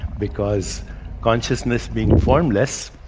because consciousness being formless,